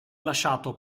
lasciato